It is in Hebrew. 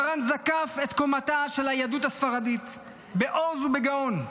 מרן זקף את קומתה של היהדות הספרדית בעוז ובגאון,